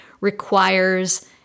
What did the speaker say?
requires